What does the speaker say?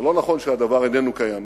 זה לא נכון שהדבר איננו קיים,